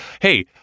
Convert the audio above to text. hey